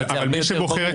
זה הרבה יותר ברור.